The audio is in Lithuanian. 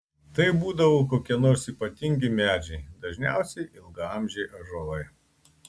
tai būdavo kokie nors ypatingi medžiai dažniausiai ilgaamžiai ąžuolai